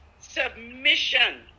submission